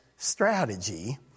strategy